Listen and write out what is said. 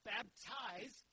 Baptize